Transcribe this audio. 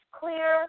clear